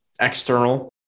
external